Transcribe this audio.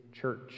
church